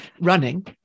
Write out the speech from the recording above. running